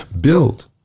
build